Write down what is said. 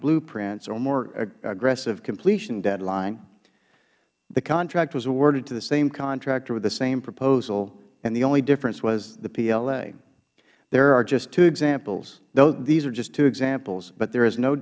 blueprints or a more aggressive completion deadline the contract was awarded to the same contractor with the same proposal and the only difference was the pla there are just two examplesh these are just two examples but there is no